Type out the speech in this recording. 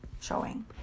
showing